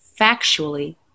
factually